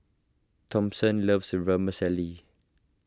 Thompson loves Vermicelli